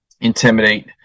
intimidate